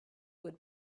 would